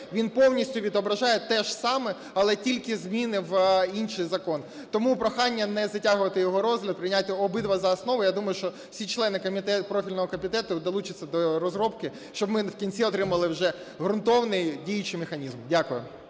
він повністю відображає теж саме, але тільки зміни в інший закон. Тому прохання не затягувати його розгляд, прийняти обидва за основу. Я думаю, що всі члени профільного комітету долучаться до розробки, щоб ми в кінці отримали вже ґрунтовний діючий механізм. Дякую.